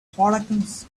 hurricanes